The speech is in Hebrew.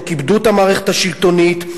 לא כיבדו את המערכת השלטונית.